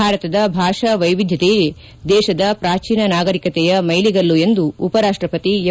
ಭಾರತದ ಭಾಷಾ ವೈವಿಧ್ಯತೆಯೇ ದೇಶದ ಪ್ರಾಚೀನ ನಾಗರಿಕತೆಯ ಮೈಲಿಗಲ್ಲ ಎಂದು ಉಪರಾಷ್ಟಪತಿ ಎಂ